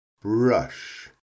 brush